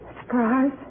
Surprise